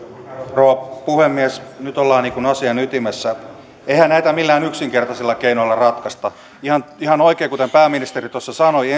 rouva puhemies nyt ollaan asian ytimessä eihän näitä millään yksinkertaisilla keinoilla ratkaista ihan ihan oikein kuten pääministeri tuossa sanoi